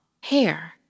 hair